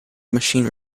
machine